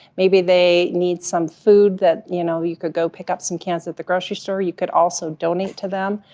maybe they need some food that, you know, you could go pick up some cans at the grocery store. you could also donate to them.